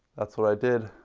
that's what i did.